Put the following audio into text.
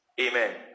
Amen